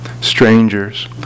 strangers